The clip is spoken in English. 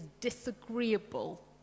disagreeable